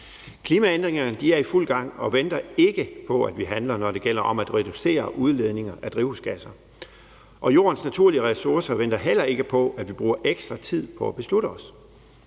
Klimaændringerne er i fuld gang og venter ikke på, at vi handler, når det gælder om at reducere udledninger af drivhusgasser, og jordens naturlige ressourcer venter heller ikke på, at vi bruger ekstra tid på at beslutte os.